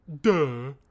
duh